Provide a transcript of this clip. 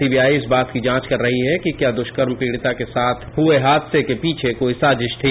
CVI इस बात की जांच कर रही है कि क्या दुष्कर्म पीड़िता के साथ हुए हादसे के पीछे कोई साजिश थी